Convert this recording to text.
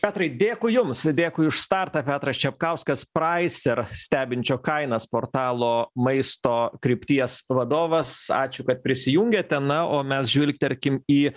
petrai dėkui jums dėkui už startą petras čepkauskas praiser stebinčio kainas portalo maisto krypties vadovas ačiū kad prisijungėte na o mes žvilgterkim į